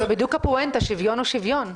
אבל זו בדיוק הפואנטה שוויון הוא שוויון.